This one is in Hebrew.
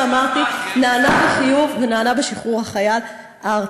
שכפי שאמרתי נענה בחיוב ונענה בשחרור החייל ארצה.